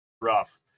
rough